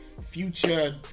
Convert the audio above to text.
future